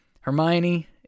Hermione